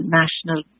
national